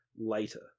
later